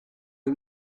are